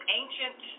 ancient